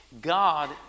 God